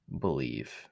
believe